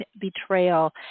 Betrayal